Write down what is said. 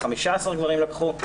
15 גברים לקחו,